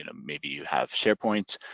and maybe you have sharepoint,